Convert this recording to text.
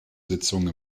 sitzungen